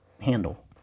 handle